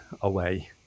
away